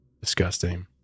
Disgusting